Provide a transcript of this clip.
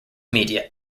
media